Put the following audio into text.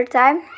time